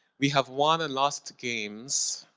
we have won and lost games,